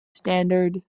standard